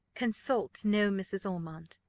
consult no mrs. ormond.